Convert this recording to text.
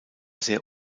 sehr